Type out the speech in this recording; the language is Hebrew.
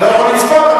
אתה לא יכול לצפות,